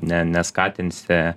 ne neskatinsi